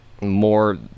more